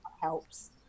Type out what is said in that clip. helps